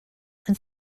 and